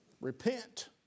Repent